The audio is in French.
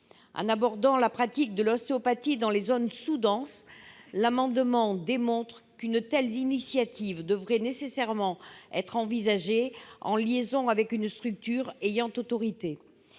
En abordant la pratique de l'ostéopathie dans les zones sous-denses, nous entendons démontrer que de telles initiatives devraient être envisagées, en liaison avec une structure ayant autorité.